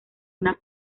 una